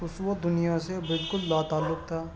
اس وہ دنیا سے بالکل لاتعلق تھا